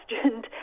questioned